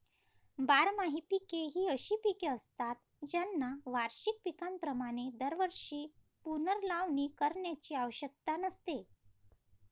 बारमाही पिके ही अशी पिके असतात ज्यांना वार्षिक पिकांप्रमाणे दरवर्षी पुनर्लावणी करण्याची आवश्यकता नसते